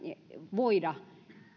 voida